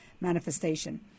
manifestation